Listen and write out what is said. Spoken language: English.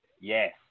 Yes